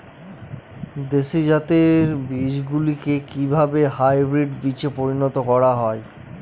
দেশি জাতের বীজগুলিকে কিভাবে হাইব্রিড বীজে পরিণত করা হয়?